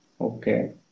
Okay